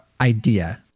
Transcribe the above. idea